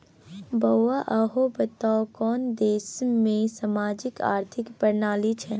बौआ अहाँ बताउ कोन देशमे समाजवादी आर्थिक प्रणाली छै?